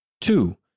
two